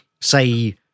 say